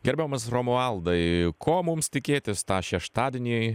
gerbiamas romualdai ko mums tikėtis tą šeštadienį